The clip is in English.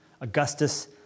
Augustus